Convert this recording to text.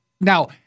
Now